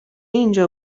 اینجا